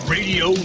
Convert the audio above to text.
Radio